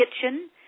kitchen